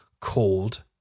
called